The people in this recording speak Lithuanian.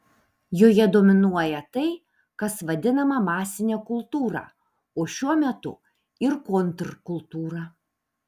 joje dominuoja tai kas vadinama masine kultūra o šiuo metu ir kontrkultūra